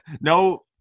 no